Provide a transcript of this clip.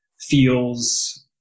feels